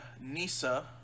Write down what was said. Nisa